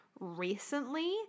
recently